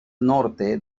norte